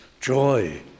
Joy